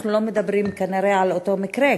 אנחנו לא מדברים כנראה על אותו מקרה,